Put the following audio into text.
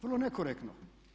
Vrlo nekorektno.